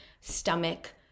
stomach